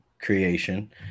creation